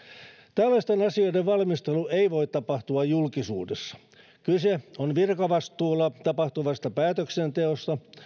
tällaisten asioiden valmistelu ei voi tapahtua julkisuudessa kyse on virkavastuulla tapahtuvasta päätöksenteosta